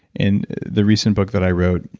in the recent book that i wrote,